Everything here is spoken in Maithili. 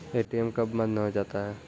ए.टी.एम कब बंद हो जाता हैं?